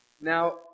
Now